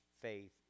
faith